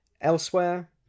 elsewhere